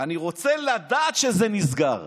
אני רוצה לדעת שזה נסגר.